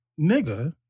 nigga